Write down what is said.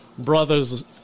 brothers